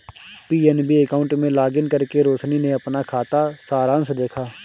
PNB account में login करके रोशनी ने अपना खाता सारांश देखा